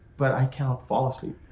but i can't fall asleep.